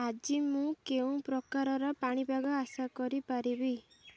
ଆଜି ମୁଁ କେଉଁ ପ୍ରକାରର ପାଣିପାଗ ଆଶା କରିପାରିବି